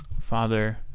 father